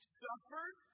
suffered